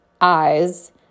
eyes